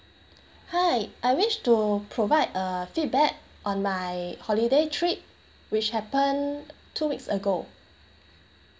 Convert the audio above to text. hi I wish to provide a feedback on my holiday trip which happened two weeks ago